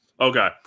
Okay